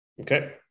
Okay